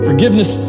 Forgiveness